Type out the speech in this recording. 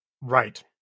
Right